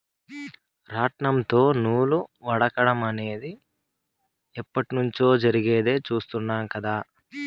రాట్నంతో నూలు వడకటం అనేది ఎప్పట్నుంచో జరిగేది చుస్తాండం కదా